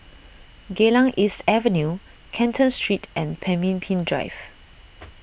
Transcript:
Geylang East Avenue Canton Street and Pemimpin Drive